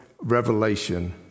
revelation